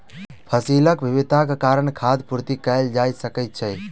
फसीलक विविधताक कारणेँ खाद्य पूर्ति कएल जा सकै छै